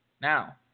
Now